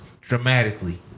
dramatically